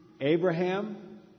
Abraham